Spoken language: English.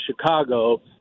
Chicago